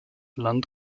land